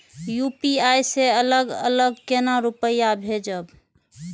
UPI से अलग अलग केना रुपया भेजब